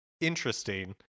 interesting